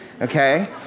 okay